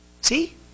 See